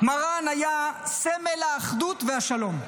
מרן היה סמל האחדות והשלום,